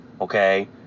okay